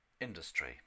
industry